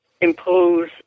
impose